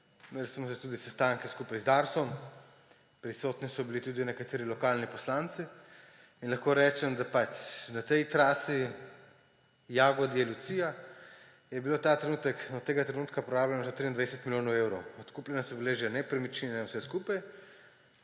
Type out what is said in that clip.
Imel smo tudi sestanke skupaj z Darsom, prisotni so bili tudi nekateri lokalni poslanci in lahko rečem, da je bilo na tej trasi Jagodje–Lucija do tega trenutka porabljeno že 23 milijonov evrov. Odkupljene so bile že nepremičnine in vse skupaj.